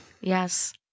Yes